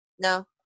No